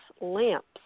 lamps